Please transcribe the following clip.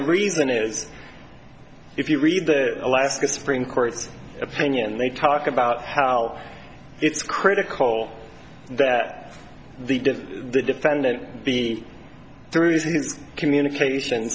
the reason is if you read the alaska supreme court's opinion they talk about how it's critical that the diff the defendant be through his communication